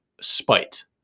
spite